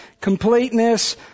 completeness